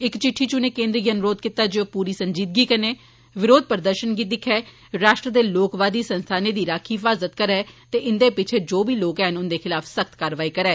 इक चिट्ठी च उनें केन्द्र गी अनुरोघ कीता जे ओ पूरी संजीदगी कन्नै विरोध प्रदर्शनें गी दिक्खै राश्ट्र दे लोकवादी संस्थानें दी राक्खी हिफाजत करै ते इंदे पिच्छे जो बी लोक हैन उंदे खलाफ सख्त कारवाई करे